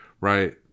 right